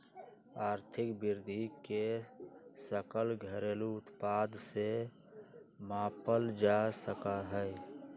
आर्थिक वृद्धि के सकल घरेलू उत्पाद से मापल जा सका हई